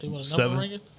seven